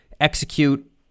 execute